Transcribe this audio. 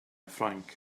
ffrainc